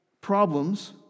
problems